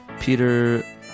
Peter